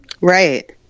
Right